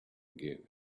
give